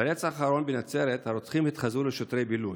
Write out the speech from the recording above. ברצח האחרון בנצרת הרוצחים התחזו לשוטרי בילוש.